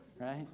right